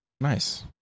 Nice